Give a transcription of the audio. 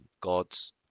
God's